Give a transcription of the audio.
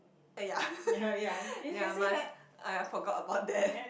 eh ya ya must I forgot about that